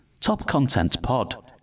topcontentpod